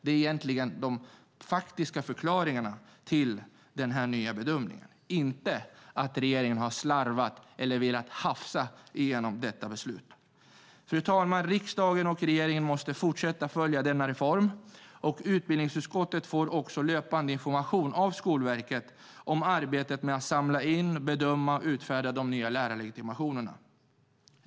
Detta är de faktiska förklaringarna till den nya bedömningen, inte att regeringen har slarvat eller velat hafsa igenom beslutet. Fru talman! Riksdagen och regeringen måste fortsätta följa denna reform. Utbildningsutskottet får också löpande information av Skolverket om arbetet med att samla in, bedöma och utfärda de nya lärarlegitimationerna.